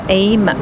aim